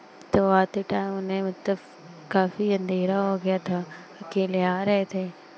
तो आते टाइम उन्हें मतलब काफ़ी अंधेरा हो गया था अकेले आ रहे थे